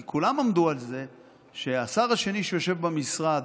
כי כולם עמדו על זה שלגבי השר השני שיושב במשרד